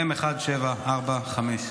מ/1745.